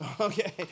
Okay